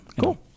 Cool